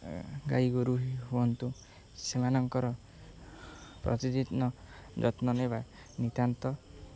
ଗାଈ ଗୋରୁ ହୁଅନ୍ତୁ ସେମାନଙ୍କର ପ୍ରତିଦିନ ଯତ୍ନ ନେବା ନିତ୍ୟାନ୍ତ